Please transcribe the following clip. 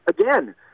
again